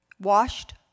washed